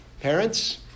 Parents